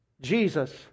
Jesus